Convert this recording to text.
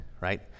right